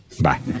bye